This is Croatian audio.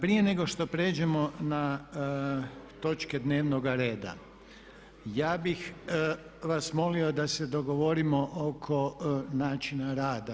Prije nego što pređemo na točke dnevnoga reda ja bih vas molio da se dogovorimo oko načina rada.